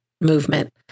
movement